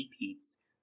repeats